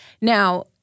Now